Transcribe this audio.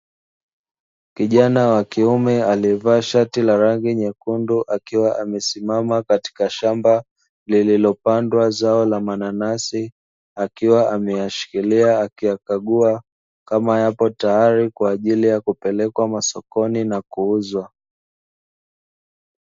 Kijana wa kiume aliyevaa shati la rangi nyekundu, akiwa amesimama katika shamba lililopandwa zao la mananasi, akiwa ameyashikilia akiyakaguakama yapo tayari kwa ajili ya kupelekwa sokoni na kuuzwa.